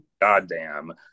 goddamn